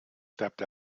stepped